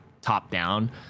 top-down